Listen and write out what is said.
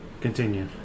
Continue